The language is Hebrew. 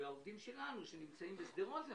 ושלעובדים שלנו שנמצאים בשדרות או